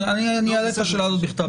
אני אעלה את השאלה הזאת בכתב.